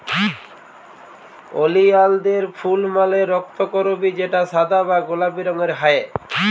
ওলিয়ালদের ফুল মালে রক্তকরবী যেটা সাদা বা গোলাপি রঙের হ্যয়